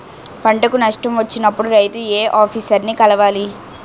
పంటకు నష్టం వచ్చినప్పుడు రైతు ఏ ఆఫీసర్ ని కలవాలి?